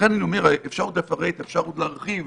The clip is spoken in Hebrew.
אפשר עוד לפרט ואפשר עוד להרחיב.